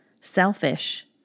selfish